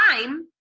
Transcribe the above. time